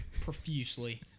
profusely